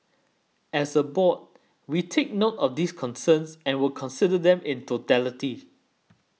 as a board we take note of these concerns and will consider them in totality